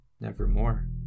Nevermore